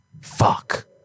fuck